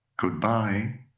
Goodbye